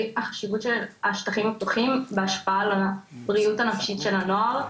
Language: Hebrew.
החשיבות של השטחים הפתוחים בהשוואה לבריאות הנפשית של הנוער.